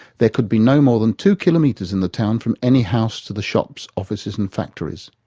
there could be no more than two kilometres in the town from any house to the shops, offices and factories.